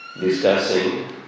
discussing